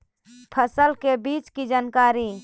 फसल के बीज की जानकारी?